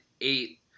eight